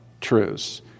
truths